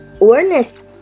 awareness